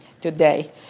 today